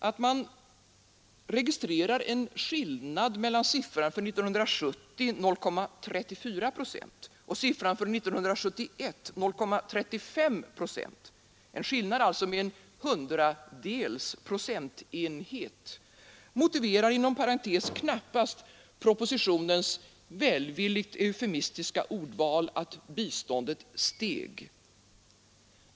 Att man registrerar en skillnad mellan siffran för 1970 — 0,34 procent — och siffran för 1971 — 0,35 procent — på en hundradels procentenhet motiverar inom parentes sagt knappast propositionens välvilligt eufemistiska ordval: biståndet steg.